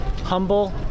humble